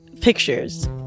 Pictures